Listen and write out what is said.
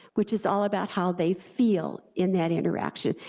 which is all about how they feel in that interaction.